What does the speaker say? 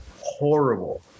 horrible